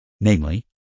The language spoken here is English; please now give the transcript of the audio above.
namely